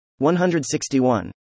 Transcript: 161